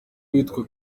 witwa